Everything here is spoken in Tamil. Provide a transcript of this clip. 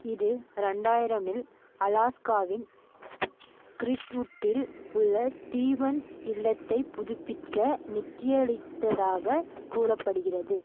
இது ரெண்டாயிரம் இல் அலாஸ்காவின் கிர்ட்வுட்டில் உள்ள ஸ்டீவன்ஸ் இல்லத்தைப் புதுப்பிக்க நித்தியளித்ததாக கூறப்படுகிறது